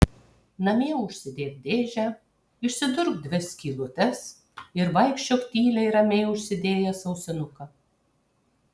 namie užsidėk dėžę išsidurk dvi skylutes ir vaikščiok tyliai ramiai užsidėjęs ausinuką